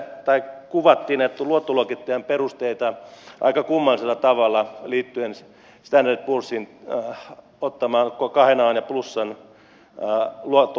täällä kuvattiin näitä luottoluokittajan perusteita aika kummallisella tavalla liittyen standard poorsin tekemään kahden an ja plussan luottoluokituslaskuun